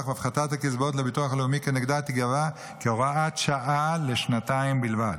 והפחתת הקצבאות לביטוח הלאומי כנגדה תיקבע כהוראת שעה לשנתיים בלבד.